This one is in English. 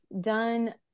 done